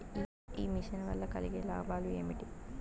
ఈ మిషన్ వల్ల కలిగే లాభాలు ఏమిటి?